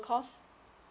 cost